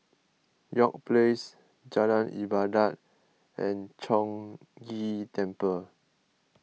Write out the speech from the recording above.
York Place Jalan Ibadat and Chong Ghee Temple